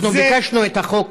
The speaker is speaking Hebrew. אנחנו ביקשנו את החוק,